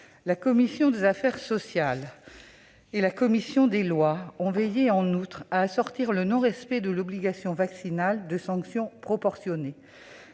La commission des affaires sociales et la commission des lois ont également veillé à assortir le non-respect de l'obligation vaccinale de sanctions proportionnées